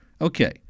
Okay